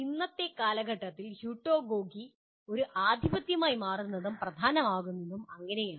ഇന്നത്തെ കാലഘട്ടത്തിൽ ഹ്യൂട്ടാഗോജി ഒരു ആധിപത്യമായി മാറുന്നതും പ്രധാനമാകുന്നതും അങ്ങനെയാണ്